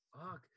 fuck